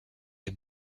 les